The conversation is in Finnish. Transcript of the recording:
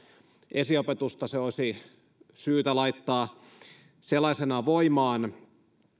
esiopetusta se olisi syytä laittaa sellaisenaan voimaan